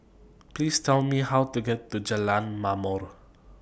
Please Tell Me How to get to Jalan Ma'mor